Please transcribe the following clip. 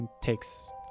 Takes